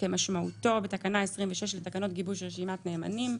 כמשמעותו בתקנה 26 לתקנות גיבוש רשימת נאמנים,